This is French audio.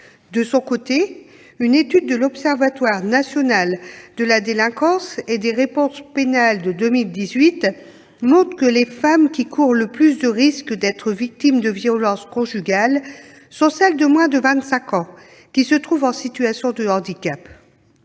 De son côté, une étude de l'Observatoire national de la délinquance et des réponses pénales de 2018 montre que les femmes qui courent le plus de risques d'être victimes de violences conjugales sont celles de moins de 25 ans qui se trouvent en situation de handicap.